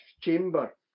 chamber